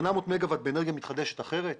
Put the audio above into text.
800 מגה-ואט באנרגיה מתחדשת אחרת,